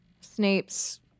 Snape's